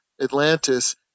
Atlantis